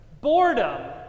Boredom